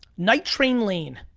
night train lane,